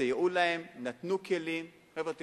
סייעו להם, נתנו כלים: חבר'ה תתמודדו,